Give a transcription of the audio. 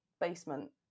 basement